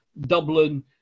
Dublin